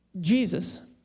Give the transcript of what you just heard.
Jesus